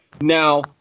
Now